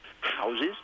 houses